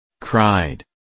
Cried